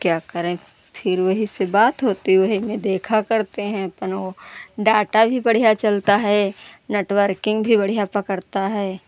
क्या करे फिर वही से बात होती वही में देखा करते हैं अपना डाटा भी बढ़िया चलता है नेटवर्किंग भी बढ़िया पकड़ता है